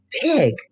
big